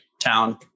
town